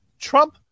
Trump